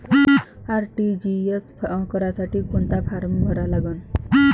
RTGS करासाठी कोंता form भरा लागन?